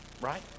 Right